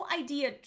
idea